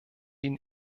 ihn